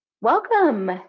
welcome